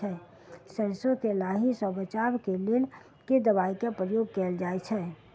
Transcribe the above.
सैरसो केँ लाही सऽ बचाब केँ लेल केँ दवाई केँ प्रयोग कैल जाएँ छैय?